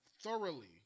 thoroughly